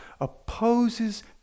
opposes